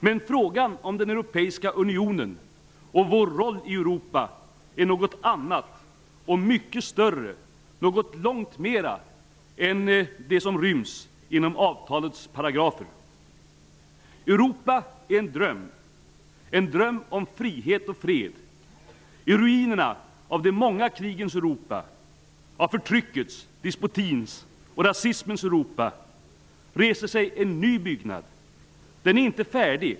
Men frågan om den europeiska unionen, om vår roll i Europa, handlar om något annat och mycket större. Den innehåller långt mer än det som ryms inom avtalets paragrafer. Europa är en dröm, en dröm om frihet och fred. Ur ruinerna av de många krigens Europa -- av förtyckets, despotins och rasismens Europa -- reser sig en ny byggnad. Den är inte färdig.